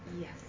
Yes